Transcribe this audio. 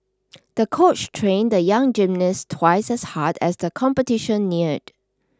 the coach trained the young gymnast twice as hard as the competition neared